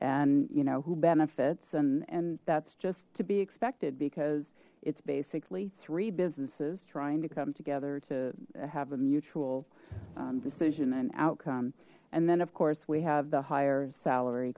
and you know who benefits and and that's just to be expected because it's basically three businesses trying to come together to have a mutual decision and outcome and then of course we have the higher salary